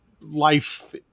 life